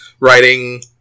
writing